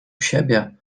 siebie